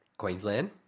Queensland